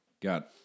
got